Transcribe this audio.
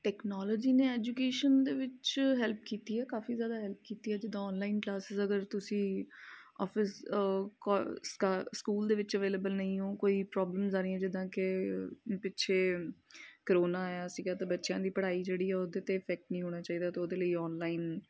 technology ਨੇ education ਦੇ ਵਿੱਚ ਹੈਲਪ ਕੀਤੀ ਹੈ ਕਾਫ਼ੀ ਜ਼ਿਆਦਾ ਹੈਲਪ ਕੀਤੀ ਹੈ ਜਿੱਦਾਂ ਔਨਲਾਈਨ ਕਲਾਸਿਸ ਅਗਰ ਤੁਸੀਂ ਔਫਿਸ ਸਕੂਲ ਦੇ ਵਿੱਚੋਂ ਅਵੇਲੇਬਲ ਨਹੀਂ ਹੋ ਕੋਈ ਪ੍ਰੋਬਲਮਜ਼ ਆ ਰਹੀ ਜਿੱਦਾਂ ਕਿ ਪਿੱਛੇ ਕਰੋਨਾ ਆਇਆ ਸੀਗਾ ਅਤੇ ਬੱਚਿਆਂ ਦੀ ਪੜ੍ਹਾਈ ਜਿਹੜੀ ਉਹਦੇ 'ਤੇ ਫੈਕਟ ਨਹੀਂ ਹੋਣਾ ਚਾਹੀਦਾ ਅਤੇ ਉਹਦੇ ਲਈ ਔਨਲਾਈਨ